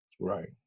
Right